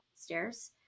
stairs